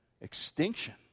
extinction